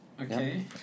Okay